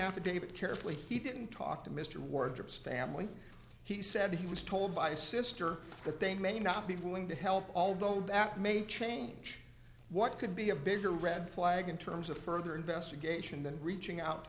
affidavit carefully he didn't talk to mr ward dips family he said he was told by sister that they may not be willing to help although that may change what could be a bigger red flag in terms of further investigation than reaching out to